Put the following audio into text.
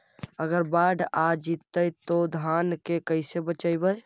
अगर बाढ़ आ जितै तो धान के कैसे बचइबै?